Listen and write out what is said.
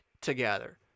together